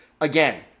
Again